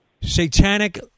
Satanic